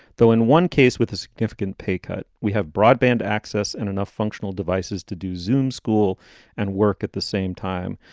though in one case, with a significant pay cut, we have broadband access and enough functional devices to do zoom school and work at the same time.